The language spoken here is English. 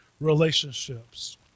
relationships